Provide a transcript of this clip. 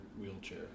wheelchair